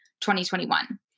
2021